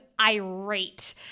irate